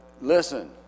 listen